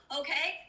okay